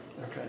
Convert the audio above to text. Okay